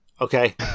Okay